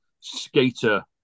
skater